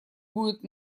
будет